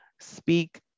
speak